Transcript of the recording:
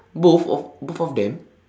both of both of them